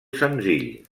senzill